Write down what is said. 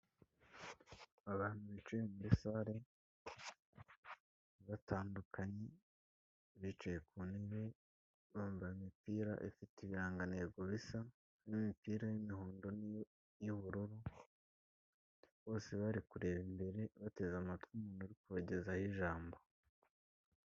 Abantu bicaye muri sare batandukanye bicaye ku ntebe bambaye imipira ifite ibirangantego bisa n'imipira y'umuhondo ni iy'ubururu bose bari kureba imbere bateze amatwi umuntu uri kubagezaho ijambo.